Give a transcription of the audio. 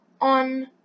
on